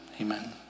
amen